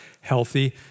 healthy